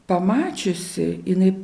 pamačiusi jinai